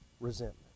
resentment